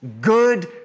good